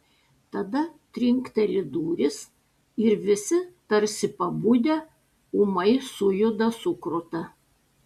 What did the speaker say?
tada trinkteli durys ir visi tarsi pabudę ūmai sujuda sukruta